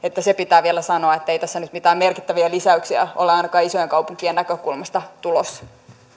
se pitää vielä sanoa ettei tässä nyt mitään merkittäviä lisäyksiä ole ainakaan isojen kaupunkien näkökulmasta tulossa